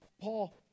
Paul